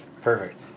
perfect